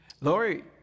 Lori